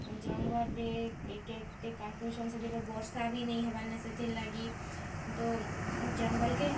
ଜଙ୍ଗଲ୍ରେ କେ କେତେ କାଟୁଛନ୍ ସେଥିପାଇଁ ବର୍ଷା ବି ନେଇ ହେବାର୍ନେ ସେଥିର୍ଲାଗି ତୋ ଜଙ୍ଗଲ୍କେ